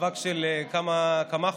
זה מאבק של כמה חודשים,